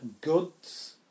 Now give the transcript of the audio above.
goods